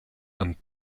and